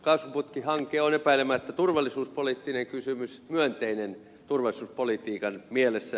kaasuputkihanke on epäilemättä turvallisuuspoliittinen kysymys myönteinen turvallisuuspolitiikan mielessä